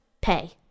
pay